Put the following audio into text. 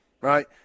right